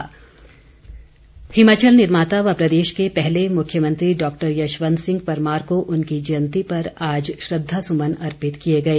परमार जयंती हिमाचल निर्माता व प्रदेश के पहले मुख्यमंत्री डॉक्टर यशवंत सिंह परमार को उनकी जयंती पर आज श्रद्वासुमन अर्पित किए गए